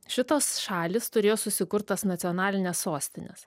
šitos šalys turėjo susikurt tas nacionalines sostines